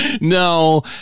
No